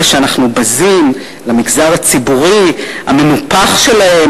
אלה שאנחנו בזים למגזר הציבורי המנופח שלהם,